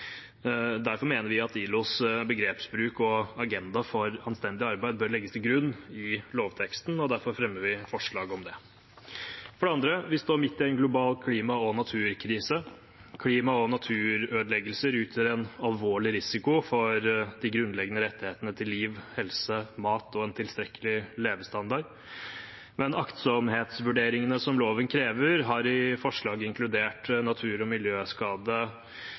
Derfor mener vi at ILOs begrepsbruk og agenda for «anstendig arbeid» bør legges til grunn i lovteksten, og derfor fremmer vi forslag om det. For det andre står vi midt i en global klima- og naturkrise. Klima- og naturødeleggelser utgjør en alvorlig risiko for de grunnleggende rettighetene til liv, helse, mat og en tilstrekkelig levestandard. Men aktsomhetsvurderingene som loven krever, har i forslaget inkludert natur- og miljøskade